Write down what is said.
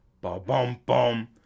ba-bum-bum